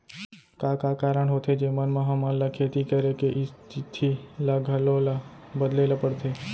का का कारण होथे जेमन मा हमन ला खेती करे के स्तिथि ला घलो ला बदले ला पड़थे?